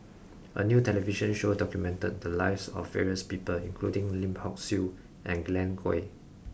a new television show documented the lives of various people including Lim Hock Siew and Glen Goei